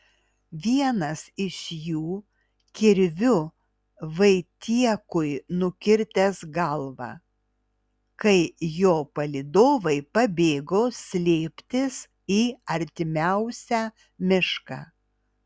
vienas iš jų kirviu vaitiekui nukirtęs galvą kai jo palydovai pabėgo slėptis į artimiausią mišką